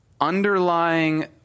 underlying